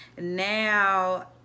now